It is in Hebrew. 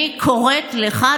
אני קוראת לך,